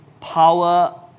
power